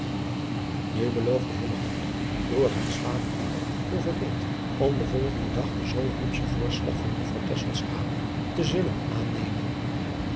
nu beloofde hillegonda door haars vader taal overreed om den volgenden dag den zoo hupschen voorslag van juffrouw tesselschade te zullen aannemen